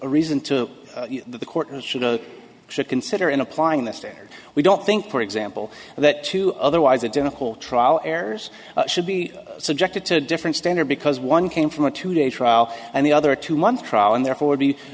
a reason to the court should or should consider in applying the standard we don't think for example that two otherwise identical trial errors should be subjected to a different standard because one came from a two day trial and the other two month trial and therefor